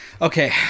Okay